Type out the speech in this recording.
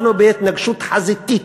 אנחנו בהתנגשות חזיתית,